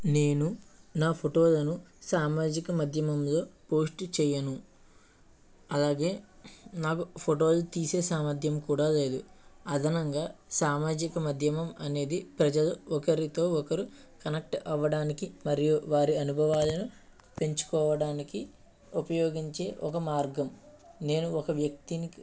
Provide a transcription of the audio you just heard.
నేను నా ఫోటోలను సామాజిక మాధ్యమంలో పోస్ట్ చేయను అలాగే నాకు ఫోటోలు తీసే సామర్థ్యం కూడా లేదు అదనంగా సామాజిక మాధ్యమం అనేది ప్రజలు ఒకరితో ఒకరు కనెక్ట్ అవ్వడానికి మరియు వారి అనుభవాలను పెంచుకోవడానికి ఉపయోగించే ఒక మార్గం నేను ఒక వ్యక్తిని